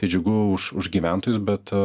džiugu už už gyventojus bet